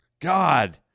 God